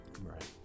Right